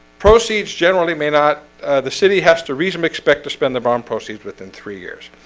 proceeds generally may not the city has to reasonably expect to spend their bond proceeds within three years